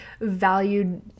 valued